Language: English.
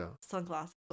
Sunglasses